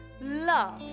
love